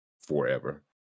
forever